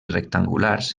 rectangulars